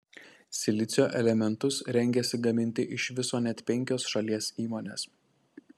silicio elementus rengiasi gaminti iš viso net penkios šalies įmonės